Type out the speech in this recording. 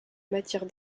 matière